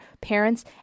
parents